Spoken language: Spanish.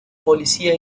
policía